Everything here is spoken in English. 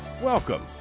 Welcome